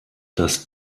dass